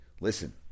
Listen